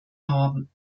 haben